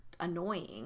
annoying